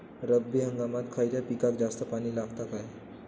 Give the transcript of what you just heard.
रब्बी हंगामात खयल्या पिकाक जास्त पाणी लागता काय?